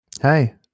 hey